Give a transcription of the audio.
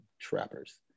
trappers